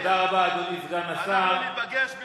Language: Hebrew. אנחנו ניפגש בוועדת האתיקה.